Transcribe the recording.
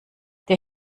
der